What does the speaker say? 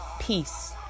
peace